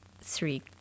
three